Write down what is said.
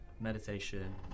meditation